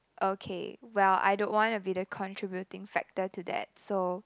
okay well I don't want to be the contributing factor to that so